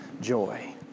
joy